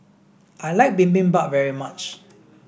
I like Bibimbap very much